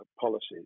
policies